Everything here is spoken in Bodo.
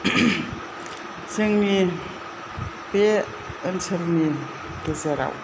जोंनि बे ओनसोलनि गेजेराव